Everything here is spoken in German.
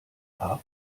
fahren